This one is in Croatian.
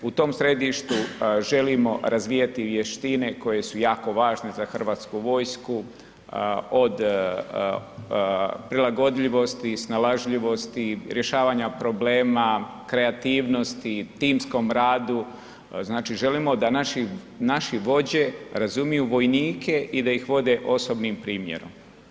U tom središtu želim razvijati vještine koje su jako važne za Hrvatsku vojsku od prilagodljivosti, snalažljivosti, rješavanja problema, kreativnosti, timskom radu, znači želimo da naše vođe razumiju vojnike i da ih vode osobnim primjerom.